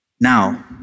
Now